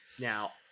Now